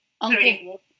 Uncle